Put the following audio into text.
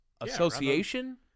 association